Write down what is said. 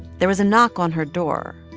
there was a knock on her door.